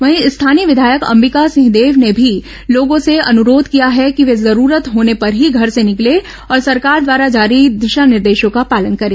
वहीं स्थानीय विधायक अंबिका सिंहदेव ने भी लोगों से अनुरोध किया है कि वे जरूरत होने पर ही घर से निकलें और सरकार द्वारा जारी दिशा निर्देशों का पालन करें